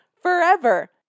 forever